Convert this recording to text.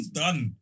done